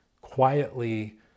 quietly